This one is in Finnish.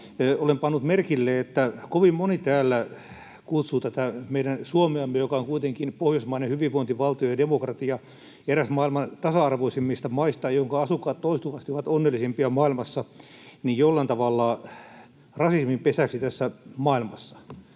Olen pannut merkille, että kovin moni täällä kutsuu tätä meidän Suomeamme — joka on kuitenkin pohjoismainen hyvinvointivaltio ja demokratia, eräs maailman tasa-arvoisimmista maista, jonka asukkaat toistuvasti ovat onnellisimpia maailmassa — jollain tavalla rasismin pesäksi tässä maailmassa.